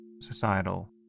societal